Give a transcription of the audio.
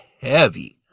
heavy